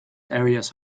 areas